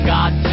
God